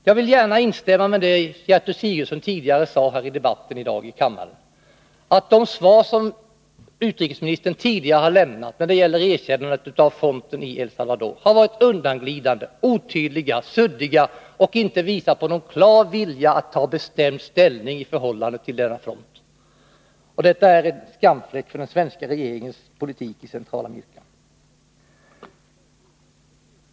Jag vill gärna instämma i vad Gertrud Sigurdsen sade i debatten här i kammaren i dag, nämligen att de svar som utrikesministern tidigare lämnat när det gällt ett erkännande av fronten i El Salvador har varit undanglidande, otydliga och suddiga och inte visat någon klar vilja att ta bestämd ställning i förhållande till fronten. Detta är en skamfläck på den svenska regeringens politik i Centralamerika.